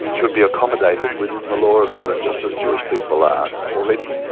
should be accommodated within the law of england just as jewish people are already.